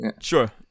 Sure